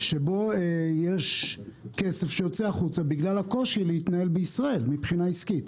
שבו יש כסף שיוצא החוצה בגלל הקושי להתנהל בישראל מהבחינה העסקית.